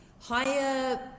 higher